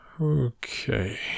Okay